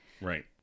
right